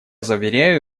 заверяю